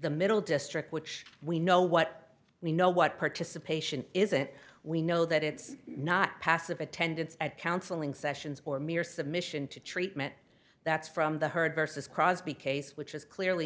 the middle district which we know what we know what participation isn't we know that it's not passive attendance at counseling sessions or mere submission to treatment that's from the herd versus crosby case which is clearly